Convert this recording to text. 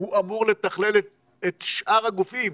אמור לתכלל את שאר הגופים,